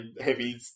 heavy